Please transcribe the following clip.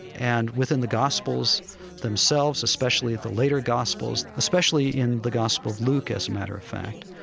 and within the gospels themselves, especially the later gospels, especially in the gospel of luke, as a matter of fact,